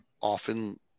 often